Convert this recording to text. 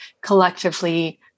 collectively